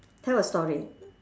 tell a story